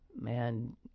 Man